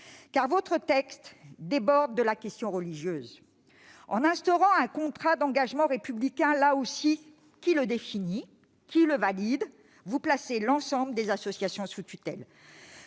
votre texte déborde la question religieuse. Il instaure un contrat d'engagement républicain. Là aussi, qui le définit ? Qui le valide ? Vous placez l'ensemble des associations sous tutelle.